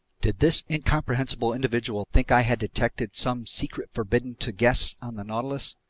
did this incomprehensible individual think i had detected some secret forbidden to guests on the nautilus?